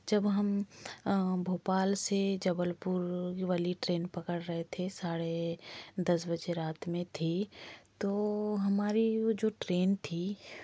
जब हम भोपाल से जबलपुर वाली ट्रेन पकड़ रहे थे साढ़े दस बजे रात में थी तो हमारी वह जो ट्रेन थी